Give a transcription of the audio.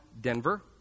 Denver